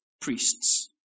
priests